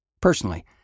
Personally